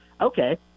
Okay